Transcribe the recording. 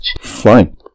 Fine